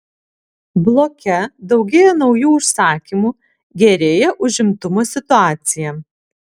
bloke daugėja naujų užsakymų gerėja užimtumo situacija